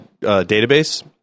database